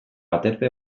aterpe